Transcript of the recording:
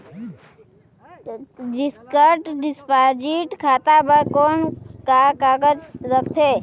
Fixed deposit खाता बर कौन का कागजात लगथे?